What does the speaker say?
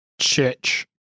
church